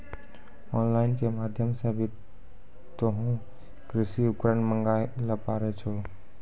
on line के माध्यम से भी तोहों कृषि उपकरण मंगाय ल पारै छौ